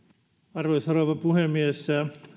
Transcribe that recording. arvoisa rouva puhemies